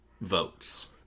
votes